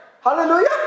Hallelujah